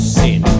sin